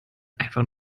einfach